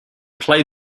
play